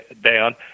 down